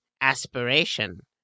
aspiration